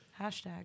Hashtag